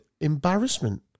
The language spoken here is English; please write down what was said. embarrassment